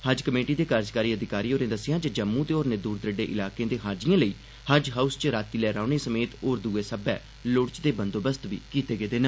हज कमेटी दे कार्यकारी अधिकारी होरें दस्सेआ जे जम्मू ते होरनें दूर दरेडे इलाकें दे हाजिएं लेई हज हाउस च रातीं'लै रौह्ने समेत होर दुए लोड़चदे बंदोबस्त बी कीते गेदे न